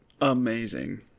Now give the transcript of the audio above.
amazing